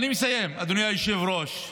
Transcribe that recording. אני מסיים, אדוני היושב-ראש.